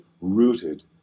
rooted